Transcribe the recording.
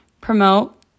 promote